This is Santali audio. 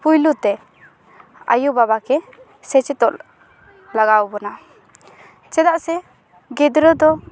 ᱯᱩᱭᱞᱩᱛᱮ ᱟᱭᱳᱼᱵᱟᱵᱟ ᱜᱮ ᱥᱮᱪᱮᱫᱚᱜ ᱞᱟᱜᱟᱣ ᱵᱚᱱᱟ ᱪᱮᱫᱟᱜ ᱥᱮ ᱜᱤᱫᱽᱨᱟᱹ ᱫᱚ